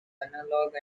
analog